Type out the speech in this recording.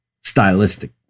stylistic